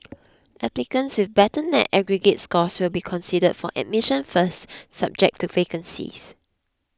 applicants with better net aggregate scores will be considered for admission first subject to vacancies